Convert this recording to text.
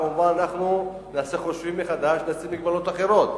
כמובן אנחנו נעשה חושבים מחדש ונשים מגבלות אחרות.